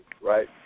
right